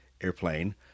airplane